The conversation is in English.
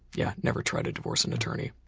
yeah never try to divorce an attorney.